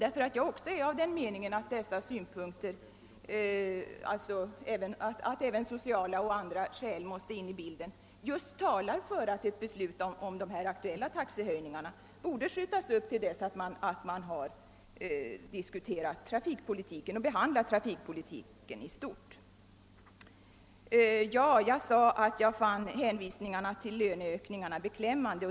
Även jag är av den meningen att sociala och andra skäl måste tas med i bilden och att ett beslut om de aktuella taxehöjningarna därför borde uppskjutas tills riksdagen behandlat frågan om trafikpolitiken i stort. Jag sade att jag fann hänvisningarna till löneökningarna beklämmande.